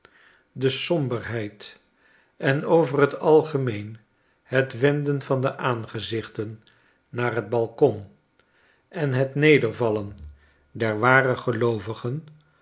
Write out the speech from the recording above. de somberheid en over het algemeen het wenden van de aangezichten naar het balkon en het nedervallen der ware geloovigen